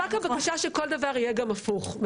הבקשה היא שכל דבר יהיה גם הפוך.